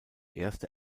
erste